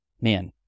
Man